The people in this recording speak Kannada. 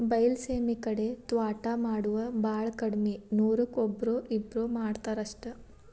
ಬೈಲಸೇಮಿ ಕಡೆ ತ್ವಾಟಾ ಮಾಡುದ ಬಾಳ ಕಡ್ಮಿ ನೂರಕ್ಕ ಒಬ್ಬ್ರೋ ಇಬ್ಬ್ರೋ ಮಾಡತಾರ ಅಷ್ಟ